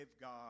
God